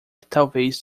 talvez